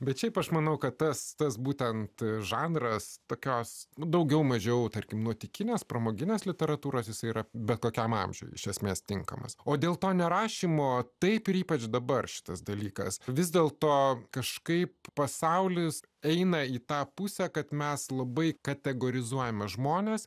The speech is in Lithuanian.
bet šiaip aš manau kad tas tas būtent žanras tokios daugiau mažiau tarkim nuotykinės pramoginės literatūros jisai yra bet kokiam amžiui iš esmės tinkamas o dėl to nerašymo taip ir ypač dabar šitas dalykas vis dėlto kažkaip pasaulis eina į tą pusę kad mes labai kategorizuojamą žmonės